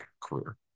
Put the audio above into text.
career